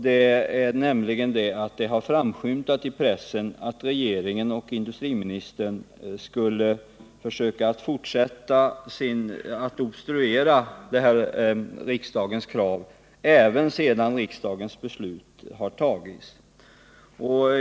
Det har nämligen framskymtat i pressen att regeringen och industriministern skulle försöka fortsätta att obstruera riksdagens krav, även sedan riksdagens beslut har fattats.